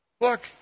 Look